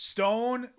Stone